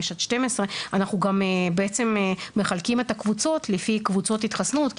5 עד 12. אנחנו גם בעצם מחלקים את הקבוצות לפי קבוצות התחסנות,